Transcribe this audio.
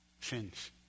sins